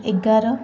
ଏଗାର